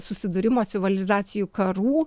susidūrimo civalizacijų karų